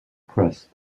crest